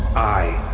i